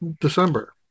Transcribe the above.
december